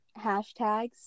hashtags